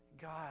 God